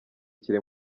kiri